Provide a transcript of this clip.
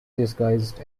disguised